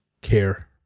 care